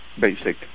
basic